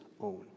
own